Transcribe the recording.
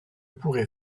pourrait